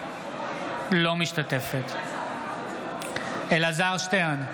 אינה משתתפת בהצבעה אלעזר שטרן,